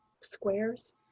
squares